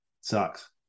Sucks